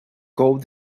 god